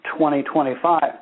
2025